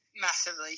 massively